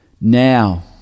Now